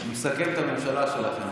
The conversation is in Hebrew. מסכם את הממשלה שלכם.